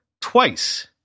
twice